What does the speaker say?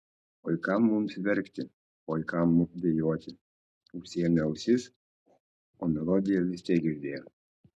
oi kam mums verkti oi kam dejuoti užsiėmė ausis o melodiją vis tiek girdėjo